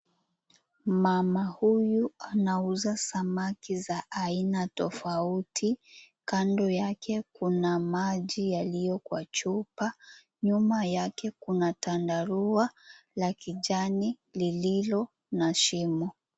Mama huyu anauza samaki za aina tofauti kando yake kuna maji yaliyo kwa chupa, nyuma yake kuna tandarua la kijani lililo na shimo.